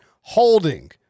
holding